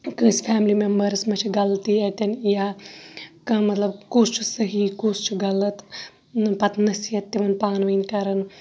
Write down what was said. کٲنٛسہِ family members ما چھِ غَلطی اَتٮ۪ن یا کانٛہہ مَطلَب کُس چھُ صحیٖح کُس چھُ غَلَط پَتہٕ نصیحت تِمَن پانہٕ ونی کَران